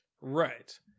Right